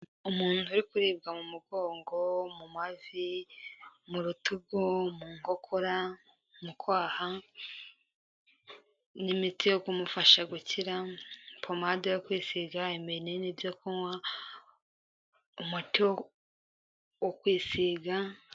Umuntu uri kuribwa mu mugongo, mu mavi, mu rutugu, mu nkokora, mu kwaha, n'imiti yo kumufasha gukira, pomade yo kwisiga, ibinini byo kunywa, umuti wo kwisiga.